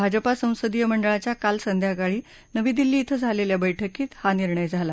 भाजपा संसदीय मंडळाच्या काल संध्याकाळी नवी दिल्ली इथं झालेल्या बैठकीत हा निर्णय झाला